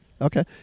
Okay